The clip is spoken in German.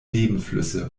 nebenflüsse